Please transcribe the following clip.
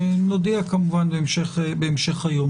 נודיע כמובן בהמשך היום.